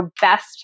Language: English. best